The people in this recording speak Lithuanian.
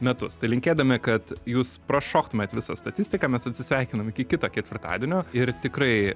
metus tai linkėdami kad jūs prašoktumėt visą statistiką mes atsisveikinam iki kito ketvirtadienio ir tikrai